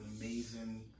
amazing